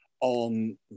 on